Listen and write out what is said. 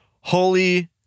Holy